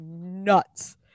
nuts